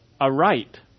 aright